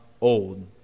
old